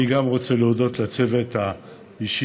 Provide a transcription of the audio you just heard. אני רוצה להודות גם לצוות האישי,